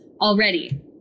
already